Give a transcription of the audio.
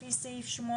לפי סעיף 8א1,